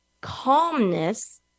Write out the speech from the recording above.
calmness